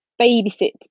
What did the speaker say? babysit